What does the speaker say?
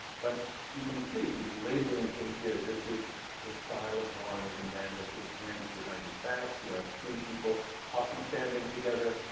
but you can see he's labeling things. here, this is a style of drawing with a man with his hands behind his back. here are three people talking, standing together.